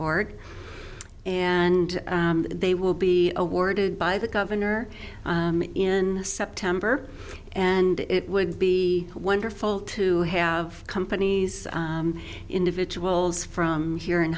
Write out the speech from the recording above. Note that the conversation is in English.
org and they will be awarded by the governor in september and it would be wonderful to have companies individuals from here in